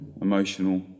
emotional